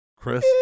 Chris